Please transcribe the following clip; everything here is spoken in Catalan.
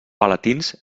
palatins